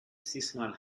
seasonal